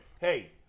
Hey